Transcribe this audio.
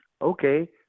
Okay